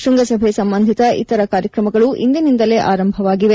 ಶ್ವಂಗಸಭೆ ಸಂಬಂಧಿತ ಇತರ ಕಾರ್ಯಕ್ರಮಗಳು ಇಂದಿನಿಂದಲೇ ಆರಂಭವಾಗಿವೆ